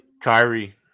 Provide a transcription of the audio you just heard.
Kyrie